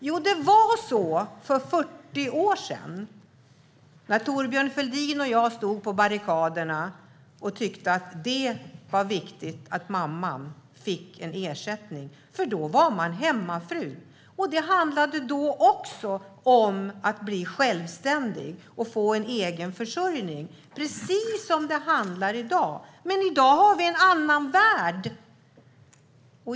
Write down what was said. Jo, det var så för 40 år sedan, när Thorbjörn Fälldin och jag stod på barrikaderna och tyckte att det var viktigt att mamman får en ersättning. Då var man hemmafru. Det handlade också då om att bli självständig och få en egen försörjning, precis som det handlar om i dag. I dag har vi en annan värld.